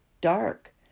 dark